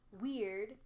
weird